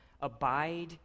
Abide